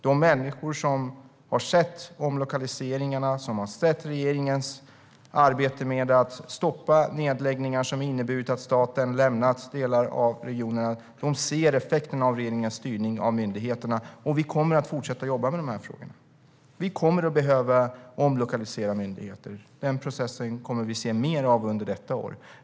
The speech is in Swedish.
De människor som har sett omlokaliseringarna och regeringens arbete med att stoppa nedläggningar som inneburit att staten lämnat delar av regionerna, de ser effekterna av regeringens styrning av myndigheterna. Vi kommer att fortsätta jobba med de här frågorna. Vi kommer att behöva omlokalisera myndigheter. Den processen kommer vi att se mer av under detta år.